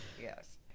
Yes